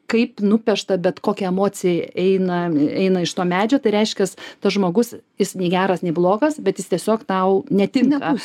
kaip nupiešta bet kokia emocija eina eina iš to medžio tai reiškias tas žmogus jis nei geras nei blogas bet jis tiesiog tau ne tinka